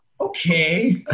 Okay